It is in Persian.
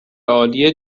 عالی